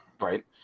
Right